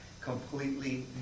completely